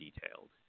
detailed